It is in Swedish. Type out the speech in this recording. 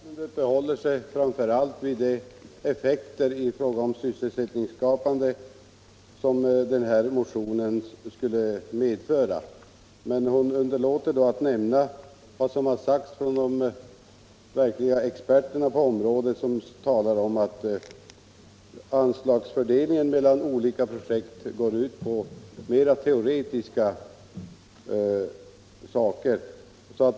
Herr talman! Fru Marklund uppehåller sig framför allt vid de effekter på sysselsättningen som ett bifall till motionen skulle medföra. Men hon underlåter att nämna vad som har anförts av de verkliga experterna på området. De säger att anslagsfördelningen mellan olika projekt går ut på mera teoretiska saker.